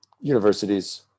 universities